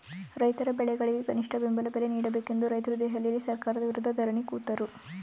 ರೈತರ ಬೆಳೆಗಳಿಗೆ ಕನಿಷ್ಠ ಬೆಂಬಲ ಬೆಲೆ ನೀಡಬೇಕೆಂದು ರೈತ್ರು ದೆಹಲಿಯಲ್ಲಿ ಸರ್ಕಾರದ ವಿರುದ್ಧ ಧರಣಿ ಕೂತರು